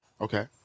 Okay